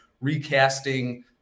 recasting